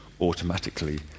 automatically